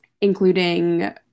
including